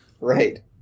Right